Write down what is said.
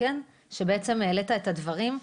שבעצם העלית את הדברים.